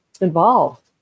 involved